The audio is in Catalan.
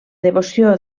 devoció